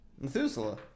Methuselah